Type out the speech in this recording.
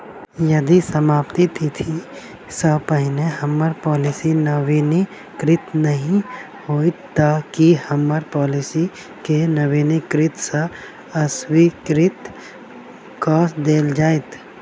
यदि समाप्ति तिथि सँ पहिने हम्मर पॉलिसी नवीनीकृत नहि होइत तऽ की हम्मर पॉलिसी केँ नवीनीकृत सँ अस्वीकृत कऽ देल जाइत?